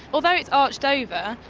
although it's arched over,